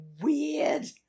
weird